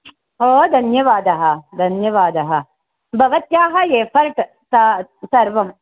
हो धन्यवादः धन्यवादः भवत्याः एफ़र्ट् स सर्वं